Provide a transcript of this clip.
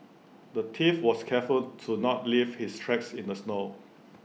the thief was careful to not leave his tracks in the snow